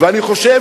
ואני חושב